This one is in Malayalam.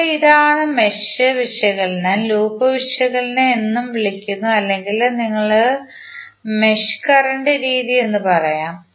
ഇപ്പോൾ ഇതാണ് മെഷ് വിശകലനം ലൂപ്പ് വിശകലനം എന്നും വിളിക്കുന്നു അല്ലെങ്കിൽ നിങ്ങൾക്ക് മെഷ് കറന്റ് രീതി എന്ന് പറയാം